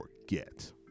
forget